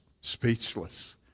speechless